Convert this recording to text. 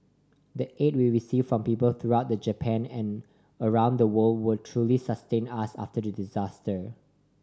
the aid we received from people throughout the Japan and around the world truly sustained us after the disaster